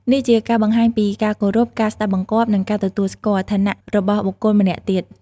នេះជាការបង្ហាញពី ការគោរព ការស្ដាប់បង្គាប់ និងការទទួលស្គាល់ ឋានៈរបស់បុគ្គលម្នាក់ទៀត។